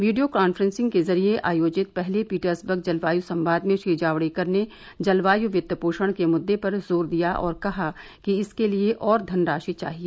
video conferencing के जरिए आयोजित पहले पीटर्सबर्ग जलवायु संवाद में श्री जावडेकर ने जलवायु वित्त पोषण के मुद्दे पर जोर दिया और कहा कि इसके लिए और धनराशि चाहिए